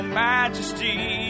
majesty